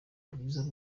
rwiza